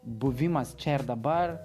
buvimas čia ir dabar